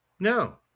No